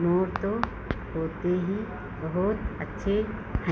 मोर तो होते ही बहुत अच्छे हैं